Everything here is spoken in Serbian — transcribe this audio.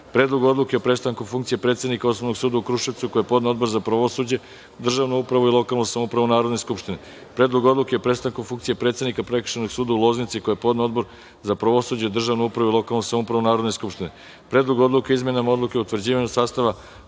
Predlog odluke o prestanku funkcije predsednika Osnovnog suda u Kruševcu, koji je podneo Odbor za pravosuđe, državnu upravu i lokalnu samoupravu Narodne skupštine; Predlog odluke o prestanku funkcije predsednika Prekršajnog suda u Loznici, koji je podneo Odbor za pravosuđe, državnu upravu i lokalnu samoupravu Narodne skupštine; Predlog odluke o izmenama Odluke o utvrđivanju sastava